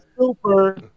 super